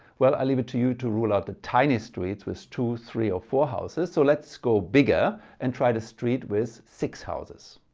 well i leave it to you to rule out the tiny streets with two, three or four houses. so let's go bigger and try a street with six houses.